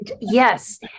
Yes